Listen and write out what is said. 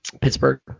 Pittsburgh